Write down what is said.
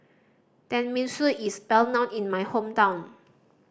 tenmusu is well known in my hometown